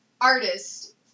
artist